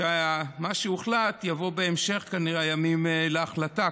ומה שהוחלט, יבוא כנראה בהמשך הימים להחלטה.